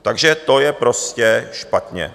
Takže to je prostě špatně.